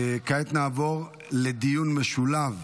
כעת נעבור לדיון משולב